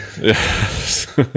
Yes